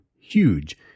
huge